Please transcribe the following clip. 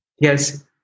yes